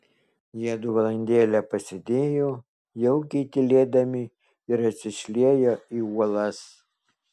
jiedu valandėlę pasėdėjo jaukiai tylėdami ir atsišlieję į uolas